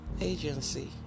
agency